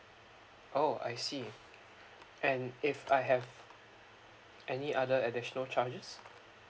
oh I see and if I have any other additional charges